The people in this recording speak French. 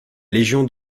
légion